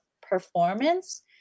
performance